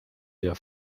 der